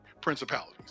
principalities